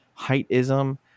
heightism